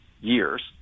years